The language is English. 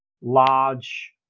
large